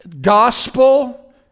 gospel